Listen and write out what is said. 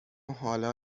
حالا